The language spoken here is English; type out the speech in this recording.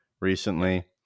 recently